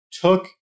took